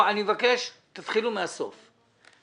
תתחילו מהסוף.